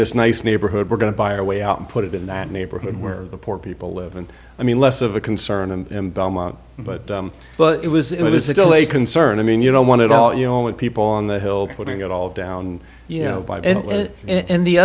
this nice neighborhood we're going to buy our way out and put it in that neighborhood where the poor people live and i mean less of a concern and belmont but but it was it was a goal a concern i mean you don't want it all you know with people on the hill putting it all down you know and the